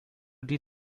die